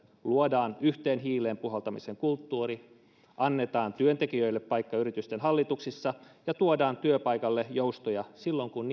luodaan yhteen hiileen puhaltamisen kulttuuri annetaan työntekijöille paikka yritysten hallituksissa ja tuodaan työpaikalle joustoja silloin kun